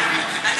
החוק.